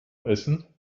essen